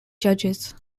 judges